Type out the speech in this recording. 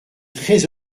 très